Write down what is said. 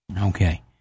Okay